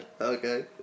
Okay